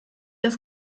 das